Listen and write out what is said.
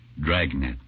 Dragnet